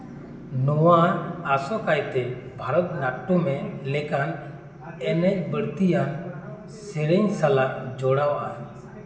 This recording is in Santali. ᱱᱚᱶᱟ ᱟᱥᱚᱠᱟᱭᱛᱮ ᱵᱷᱟᱨᱚᱛ ᱱᱟᱴᱴᱚᱢ ᱞᱮᱠᱟᱱ ᱮᱱᱮᱡ ᱵᱟᱹᱲᱛᱤᱭᱟᱱ ᱥᱮᱨᱮᱧ ᱥᱟᱞᱟᱜ ᱡᱚᱲᱟᱣᱟ